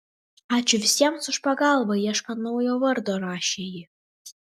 ačiū visiems už pagalbą ieškant naujo vardo rašė ji